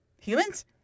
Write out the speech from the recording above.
humans